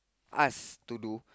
ask to do